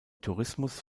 tourismus